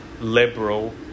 liberal